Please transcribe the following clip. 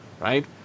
right